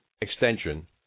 extension